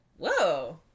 Whoa